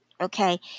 Okay